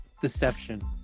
deception